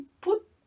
put